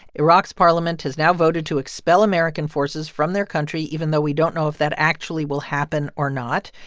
iraq's parliament has now voted to expel american forces from their country, even though we don't know if that actually will happen or not.